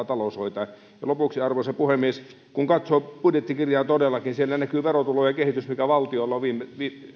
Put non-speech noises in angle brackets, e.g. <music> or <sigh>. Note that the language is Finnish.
<unintelligible> talous hoitaa lopuksi arvoisa puhemies kun katsoo budjettikirjaa todellakin siellä näkyy verotulojen kehitys mikä valtiolla on